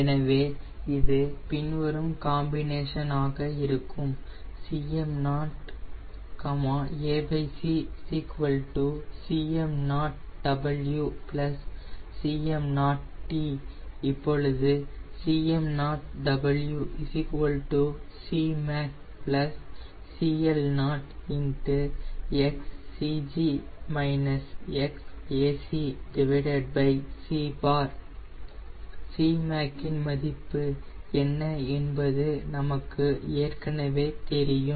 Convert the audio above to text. எனவே இது பின்வரும் காம்பினேஷன் ஆக இருக்கும் Cm0 ac Cm0W Cm0t இப்பொழுது Cm0W Cmac CL0 Cmac மதிப்பு என்ன என்பது நமக்கு ஏற்கனவே தெரியும்